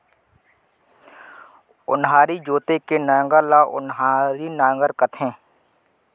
ओन्हारी जोते के नांगर ल ओन्हारी नांगर कथें